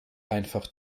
einfach